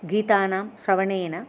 गीतानां श्रवणेन